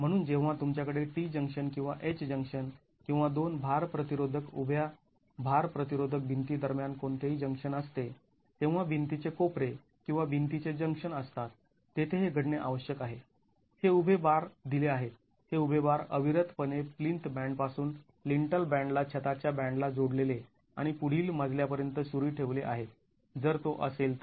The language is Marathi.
म्हणूनच जेव्हा तुमच्याकडे T जंक्शन किंवा H जंक्शन किंवा दोन भार प्रतिरोधक उभ्या भार प्रतिरोधक भिंती दरम्यान कोणतेही जंक्शन असते तेव्हा भिंतीचे कोपरे किंवा भिंतीचे जंक्शन असतात तेथे हे घडणे आवश्यक आहे हे उभे बार दिले आहेत हे उभे बार अविरत पणे प्लिंथ बॅन्ड पासून लिन्टल बॅन्डला छता च्या बॅन्डला जोडलेले आणि पुढील मजल्या पर्यंत सुरू ठेवले आहेत जर तो असेल तर